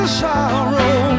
sorrow